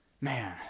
Man